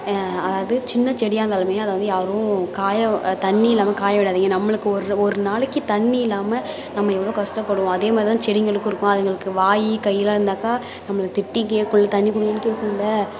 அது சின்ன செடியாக இருந்தாலும் அதை வந்து யாரும் காய தண்ணி இல்லாமல் காய விடாதீங்க நம்மளுக்கு ஒரு ஒரு நாளைக்கு தண்ணி இல்லாமல் நம்ம எவ்வளோ கஷ்டப்படுவோம் அதே மாரி தான் செடிங்களுக்கும் இருக்கும் அதுங்களுக்கு வாய் கையெலாம் இருந்தாக்க நம்மளை திட்டி கேட்கும்ல தண்ணி கொடுங்கன்னு கேட்கும்ல